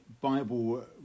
bible